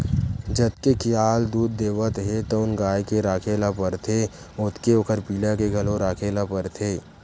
जतके खियाल दूद देवत हे तउन गाय के राखे ल परथे ओतके ओखर पिला के घलो राखे ल परथे